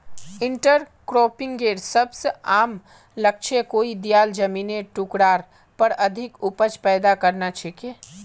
इंटरक्रॉपिंगेर सबस आम लक्ष्य कोई दियाल जमिनेर टुकरार पर अधिक उपज पैदा करना छिके